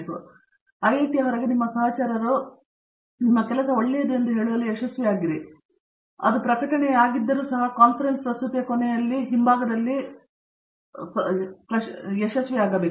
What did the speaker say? ಹಾಗಾಗಿ ಐಐಟಿಯ ಹೊರಗೆ ನಿಮ್ಮ ಸಹಚರರು ನೀವು ಒಳ್ಳೆಯದು ಹೇಳುವಲ್ಲಿ ಯಶಸ್ವಿಯಾಗಿದ್ದೀರಿ ಎಂಬುದು ನಿಮಗೆ ತಿಳಿದಿದೆ ನೀವು ಏನು ಮಾಡಿದ್ದೀರಿ ಅದು ಪ್ರಕಟಣೆಯಾಗಿದ್ದರೂ ಸಹ ಕಾನ್ಫರೆನ್ಸ್ ಪ್ರಸ್ತುತಿಯ ಕೊನೆಯಲ್ಲಿ ಹಿಂಭಾಗದಲ್ಲಿ ಪ್ಯಾಟ್ ಆಗಿರಲಿ